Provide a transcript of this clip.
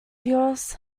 yours